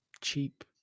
cheap